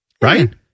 right